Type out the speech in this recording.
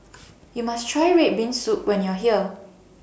YOU must Try Red Bean Soup when YOU Are here